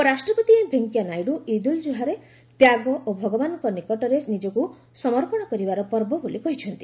ଉପରାଷ୍ଟ୍ରପତି ଏମ୍ ଭେଙ୍କିୟା ନାଇଡୁ ଇଦ୍ ଉଲ୍ ଜୁହା ତ୍ୟାଗ ଓ ଭଗବାନ୍ଙ୍କ ନିକଟରେ ନିଜକ୍ତ ସମର୍ପଣ କରିବାର ପର୍ବ ବୋଲି କହିଛନ୍ତି